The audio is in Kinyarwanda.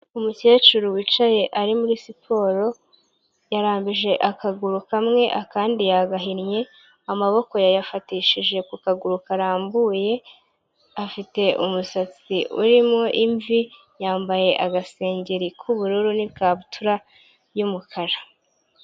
Umukecuru wicaye ari muri siporo, yarambi akaguru kamwe akandi yagahinnye, amaboko yayafatishije ku kaguru karambuye, afite umusatsi urimo imvi, yambaye agasengeri k'ubururu n'ikabutura y'umukara.